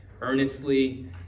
earnestly